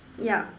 yup